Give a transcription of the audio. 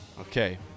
Okay